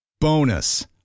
Bonus